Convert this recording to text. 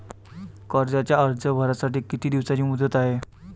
कर्जाचा अर्ज भरासाठी किती दिसाची मुदत हाय?